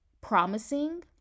promising